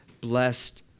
blessed